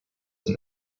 than